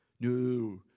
No